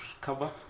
cover